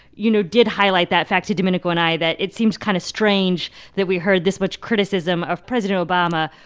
you know, did highlight that fact to domenico and i that it seems kind of strange that we heard this much criticism of president obama,